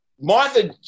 Martha